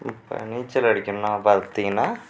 இப்போ நீச்சல் அடிக்கணும்னா பார்த்திங்கனா